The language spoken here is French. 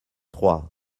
trois